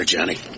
Johnny